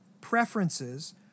preferences